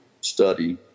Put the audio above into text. study